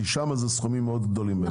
כי שם אלה סכומים מאוד גדולים באמת.